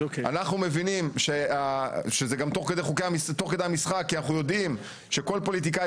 אנחנו מבינים שזה גם תוך כדי המשחק כי אנחנו יודעים שכל פוליטיקאי